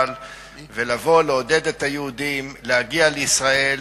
ולעודד את היהודים להגיע לישראל,